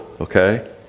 okay